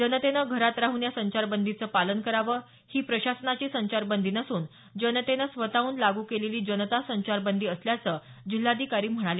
जनतेनं घरात राहून या संचारबंदीचं पालन करावं ही प्रशासनाची संचारबंदी नसून जनतेनं स्वतहून लागू केलेली जनता संचारबंदी असल्याचं जिल्हाधिकारी म्हणाले